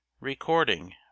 Recording